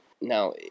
Now